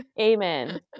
amen